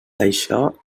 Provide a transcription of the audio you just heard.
això